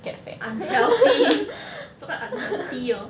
unhealthy quite unhealthy orh